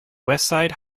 westside